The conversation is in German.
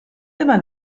immer